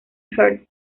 hearts